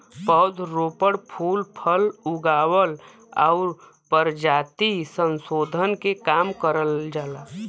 पौध रोपण, फूल फल उगावल आउर परजाति संसोधन के काम करल जाला